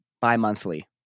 bi-monthly